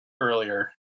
earlier